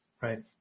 right